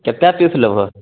केतेक पीस लेबहो